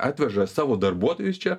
atveža savo darbuotojus čia